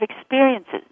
experiences